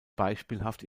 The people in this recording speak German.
beispielhaft